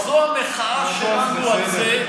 זו המחאה שלנו על זה שכל החוקים שלנו פסולים.